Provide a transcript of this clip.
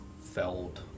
felled